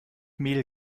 mehl